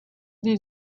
die